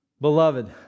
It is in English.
Beloved